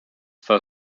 for